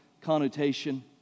connotation